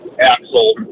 axle